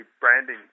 branding